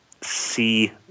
see